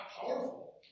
powerful